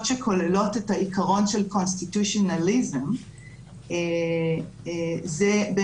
שכוללות את העיקרון של Constitutionalism זה בעצם